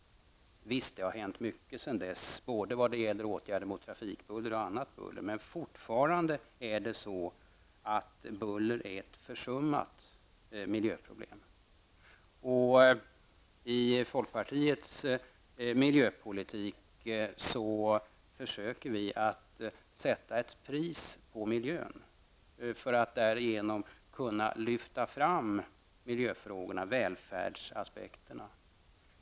Visst har det hänt mycket sedan dess, både när det gäller åtgärder mot trafikbuller och annat, men fortfarande är buller ett försummat miljöproblem. I folkpartiets miljöpolitik försöker vi att sätta ett pris på miljön för att därigenom kunna lyfta fram miljöfrågorna och välfärdsaspekterna.